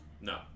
No